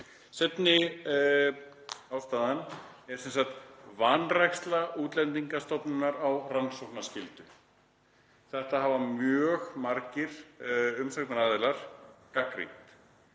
Seinni ástæðan er sem sagt vanræksla Útlendingastofnunar á rannsóknarskyldu. Þetta hafa mjög margir umsagnaraðilar gagnrýnt,